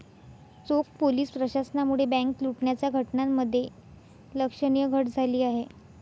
चोख पोलीस प्रशासनामुळे बँक लुटण्याच्या घटनांमध्ये लक्षणीय घट झाली आहे